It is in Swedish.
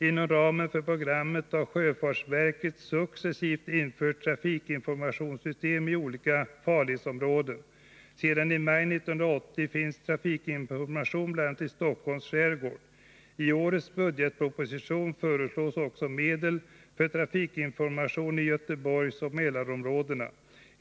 Inom ramen för programmet har sjöfartsverket successivt infört trafikinformationssystem i olika farledsområden. Sedan i maj 1980 finns trafikinformation bl.a. i Stockholms skärgård. I årets budgetproposition föreslås också medel för trafikinformation i Göteborgsoch Mälarområdena.